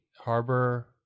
Harbor